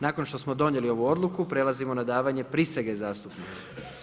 Nakon što smo donijeli ovu odluku, prelazimo na davanje prisege zastupnici.